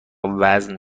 وزن